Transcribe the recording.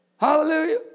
Hallelujah